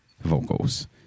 vocals